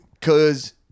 cause